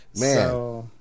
Man